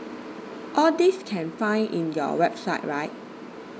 all these can find in your website right